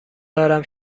دارم